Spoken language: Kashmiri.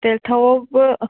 تیٚلہِ تھاوہوو بہٕ